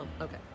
Okay